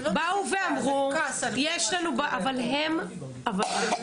הם אמרו שיש בעיה.